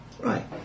Right